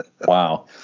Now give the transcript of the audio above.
Wow